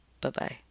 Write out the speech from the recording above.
Bye-bye